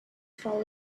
fall